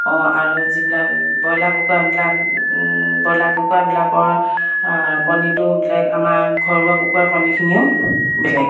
অঁ আৰু যিবিলাক ব্ৰইলাৰ কুকুৰাবিলাক ব্ৰইলাৰ কুকুৰাবিলাকৰ কণীটোও বেলেগ আমাৰ ঘৰুৱা কুকুৰাৰ কণীখিনিও বেলেগ